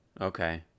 Okay